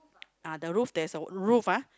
ah the roof there's a roof ah